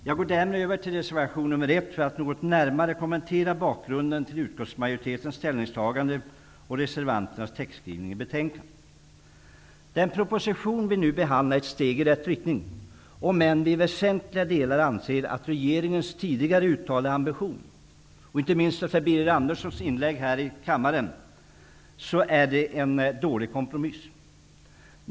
Jag går därmed över till reservation nr 1 för att något närmare kommentera bakgrunden till utskottsmajoritetens ställningstagande och reservanternas skrivning i betänkandet. Den proposition vi nu behandlar är ett steg i rätt riktning. Men i väsentliga delar anser vi att med tanke på regeringens tidigare uttalade ambition, inte minst efter Birger Anderssons inlägg i kammaren, är propositionen en dålig kompromiss.